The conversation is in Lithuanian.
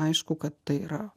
aišku kad tai yra